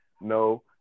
no